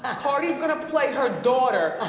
ah cardi's gonna play her daughter,